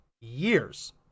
years